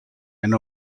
and